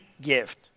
gift